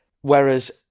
Whereas